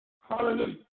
Hallelujah